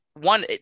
one